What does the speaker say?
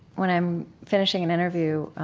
when i'm finishing an interview